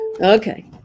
Okay